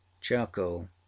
charcoal